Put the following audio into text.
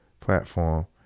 platform